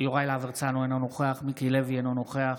אינו נוכח